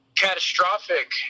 catastrophic